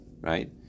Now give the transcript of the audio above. right